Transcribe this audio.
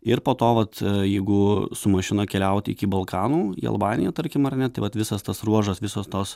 ir po to vat jeigu su mašina keliauti iki balkanų į albaniją tarkim ar ne tai vat visas tas ruožas visos tos